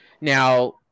Now